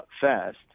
fast